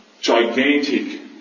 gigantic